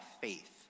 faith